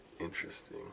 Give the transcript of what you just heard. interesting